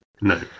no